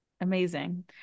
amazing